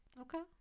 Okay